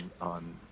on